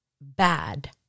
bad